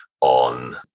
on